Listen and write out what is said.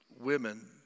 women